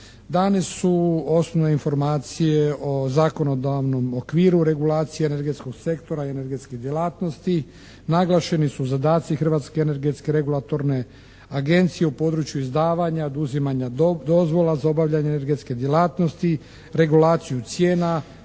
dane su osnovne informacije o zakonodavnom okviru regulacije energetskog sektora i energetske djelatnosti. Naglašeni su zadaci Hrvatske energetske regulatorne agencije u području izdavanja, oduzimanja dozvola za obavljanje energetske djelatnosti, regulaciju cijena,